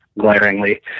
glaringly